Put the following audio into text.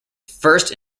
first